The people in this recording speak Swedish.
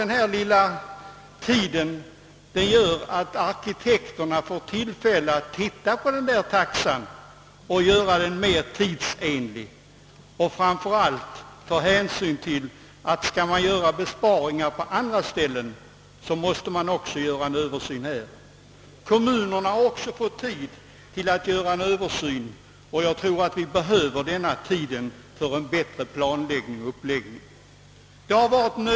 Nu kanske arkitekterna får tillfälle att göra sin taxa mer tidsenlig, framför allt under hänsynstagande till att man, om det skall kunna ske besparingar på andra ställen, också måste företa en översyn därvidlag. Även kommunerna får tid att göra en översyn. Jag tror att vi behöver en tid för en bättre planläggning och uppläggning av verksamheten.